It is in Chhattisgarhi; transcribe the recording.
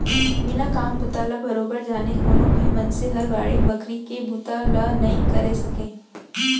बिना काम बूता ल बरोबर जाने कोनो भी मनसे हर बाड़ी बखरी के बुता ल नइ करे सकय